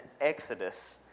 Exodus